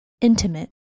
intimate